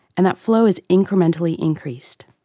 and that flow is incrementally increased.